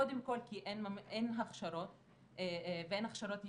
קודם כל כי אין הכשרות ואין הכשרות ייעודיות,